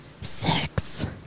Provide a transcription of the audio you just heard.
six